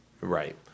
Right